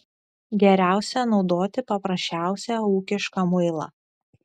geriausia naudoti paprasčiausią ūkišką muilą